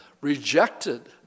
rejected